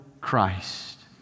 Christ